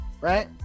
right